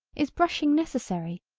is brushing necessary,